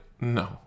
No